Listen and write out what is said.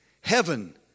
Heaven